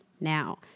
Now